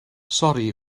sori